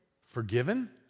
Forgiven